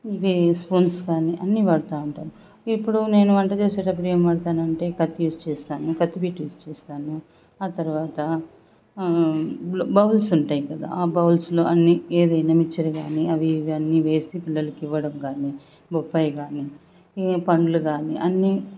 ఇదే స్పూన్స్ కానీ అన్నీ వాడతావుంటాను ఇప్పుడు నేను వంట చేసేటప్పుడు ఏం వాడతానంటే కత్తి యూస్ చేస్తాను కత్తిపీట యూస్ చేస్తాను ఆ తరువాత బౌ బౌల్స్ ఉంటాయి కదా బౌల్స్లో అన్నీ ఏదైనా మిక్చరు కానీ అవి ఇవి అన్నీ వేసి పిల్లలకు ఇవ్వడం కానీ బొప్పయి కానీ పండ్లు కానీ అన్నీ